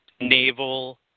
naval